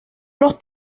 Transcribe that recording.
los